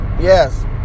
yes